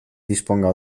disponga